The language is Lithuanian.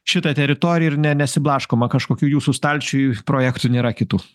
šitą teritoriją ir ne nesiblaškoma kažkokių jūsų stalčiuju projektų nėra kitų